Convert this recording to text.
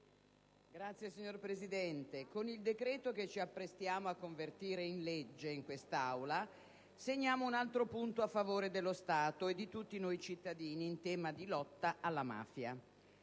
onorevoli colleghi, con il decreto che ci apprestiamo a convertire in legge in quest'Aula, segniamo un altro punto a favore dello Stato e di tutti noi cittadini in tema di lotta alla mafia.